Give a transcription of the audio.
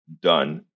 done